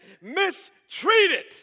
mistreated